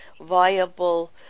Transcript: viable